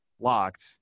locked